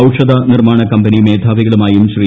ഔഷധ നിർമ്മാണ കമ്പനി മേധാവികളുമായും ശ്രീ